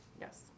Yes